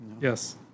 Yes